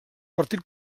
partit